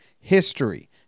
history